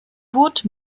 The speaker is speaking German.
boot